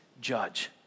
judge